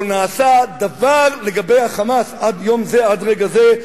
לא נעשה דבר לגבי ה"חמאס" עד יום זה, עד רגע זה,